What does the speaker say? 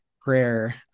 prayer